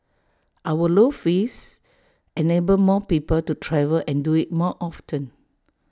our low fares enable more people to travel and do IT more often